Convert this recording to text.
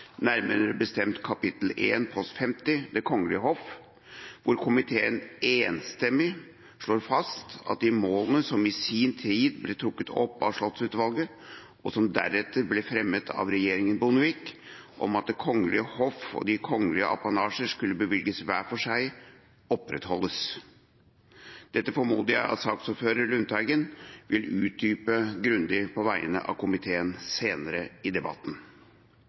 nærmere bestemt kap. 1 post 50 Det kongelige hoff, hvor komiteen enstemmig slår fast at de målene som i sin tid ble trukket opp av Slottsutvalget, og som deretter ble fremmet av regjeringen Bondevik om at Det kongelige hoff og de kongelige apanasjer skulle bevilges hver for seg, opprettholdes. Dette formoder jeg at saksordfører Lundteigen vil utdype grundig på vegne av komiteen senere i debatten.